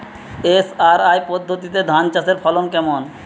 SRI পদ্ধতিতে ধান চাষের ফলন কেমন?